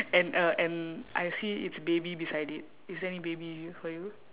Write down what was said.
and a and I see its baby beside it is there any baby for you